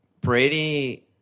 Brady